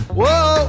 whoa